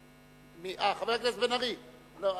לא,